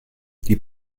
die